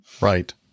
Right